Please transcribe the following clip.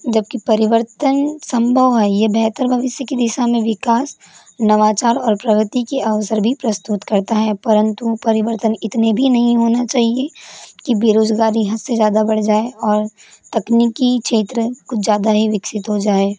जबकि परिवर्तन संभव है ये बेहतर भविष्य की दिशा में विकास नवाचार और प्रगति के अवसर भी प्रस्तुत करता है परंतु परिवर्तन इतने भी नहीं होना चाहिए की बेरोज़गारी हद से ज़्यादा बढ़ जाए और तकनीकी क्षेत्र कुछ ज़्यादा ही विकसित हो जाएं